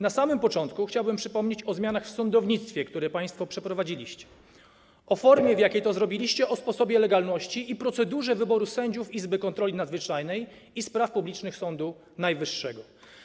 Na samym początku chciałbym przypomnieć o zmianach w sądownictwie, które państwo przeprowadziliście, o formie, w jakiej to zrobiliście, i o sposobie, legalności i procedurze wyboru sędziów Izby Kontroli Nadzwyczajnej i Spraw Publicznych Sądu Najwyższego.